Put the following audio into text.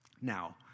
Now